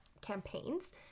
campaigns